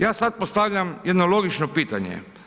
Ja sad postavljam jedno logično pitanje.